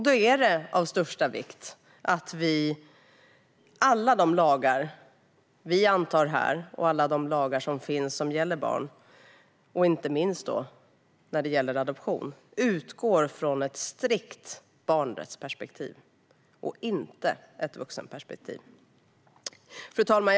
Då är det av största vikt att alla lagar som gäller barn, inte minst när det gäller adoption, utgår från ett strikt barnrättsperspektiv och inte ett vuxenperspektiv. Fru talman!